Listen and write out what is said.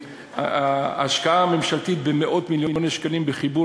ההשקעה הממשלתית של מאות-מיליוני שקלים בחיבור